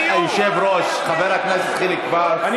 סגן היושב-ראש חבר הכנסת חיליק בר, תודה רבה.